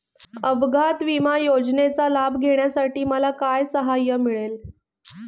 अपघात विमा योजनेचा लाभ घेण्यासाठी मला काय सहाय्य मिळेल?